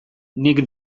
nik